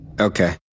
Okay